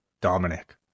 Dominic